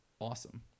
awesome